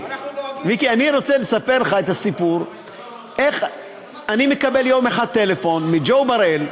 אני רוצה לספר לך את הסיפור איך אני מקבל יום אחד טלפון מג'ו בראל.